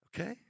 Okay